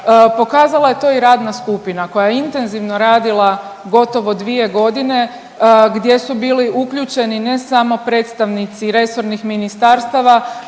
pokazala je to i radna skupina koja je intenzivno radila gotovo 2 godine gdje su bili uključeni, ne samo predstavnici resornih ministarstava,